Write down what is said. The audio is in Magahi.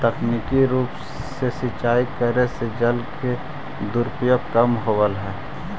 तकनीकी रूप से सिंचाई करे से जल के दुरुपयोग कम होवऽ हइ